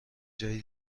جایی